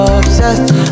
obsessed